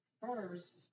first